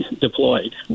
deployed